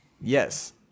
Yes